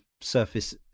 surface